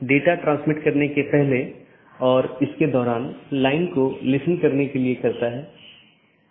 अब एक नया अपडेट है तो इसे एक नया रास्ता खोजना होगा और इसे दूसरों को विज्ञापित करना होगा